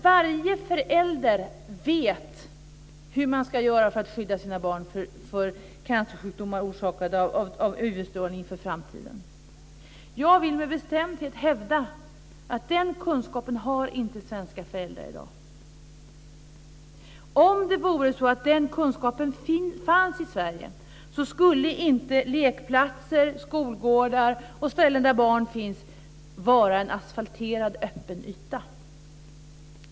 Varje förälder vet hur de ska göra för att skydda sina barn från att få cancersjukdomar orsakade av UV-strålning i framtiden. Jag vill med bestämdhet hävda att svenska föräldrar inte har den kunskapen i dag. Om det vore så att den kunskapen fanns i Sverige skulle inte lekplatser, skolgårdar och ställen där barn finns vara en asfalterad öppen yta.